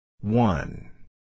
One